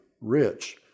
rich